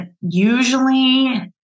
Usually